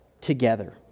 together